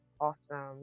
Awesome